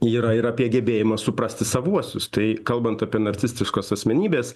yra ir apie gebėjimą suprasti savuosius tai kalbant apie narcistiškos asmenybės